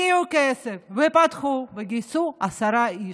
השקיעו כסף, פתחו וגייסו עשרה איש,